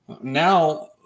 Now